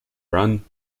run